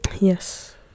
yes